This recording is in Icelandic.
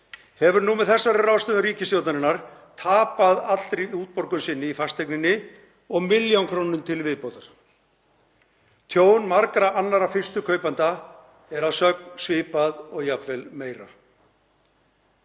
hefur með þessari ráðstöfun ríkisstjórnarinnar tapað allri útborgun sinni í fasteigninni og milljón krónum til viðbótar. Tjón margra annarra fyrstu kaupenda er að sögn svipað og jafnvel meira.